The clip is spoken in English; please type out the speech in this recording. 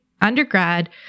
undergrad